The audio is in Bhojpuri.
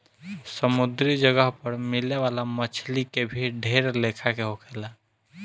समुंद्री जगह पर मिले वाला मछली के भी ढेर लेखा के होले